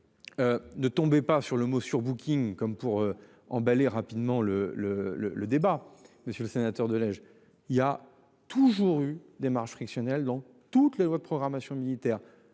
Ne tombait pas sur le mot surbooking comme pour emballer rapidement le le le le débat. Monsieur le sénateur, de neige, il y a toujours eu des marges frictionnel dans toute la loi de programmation militaire